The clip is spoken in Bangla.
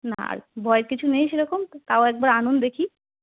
না আর ভয় কিছু নেই সেরকম তো তাও একবার আনুন দেখি